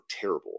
terrible